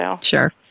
Sure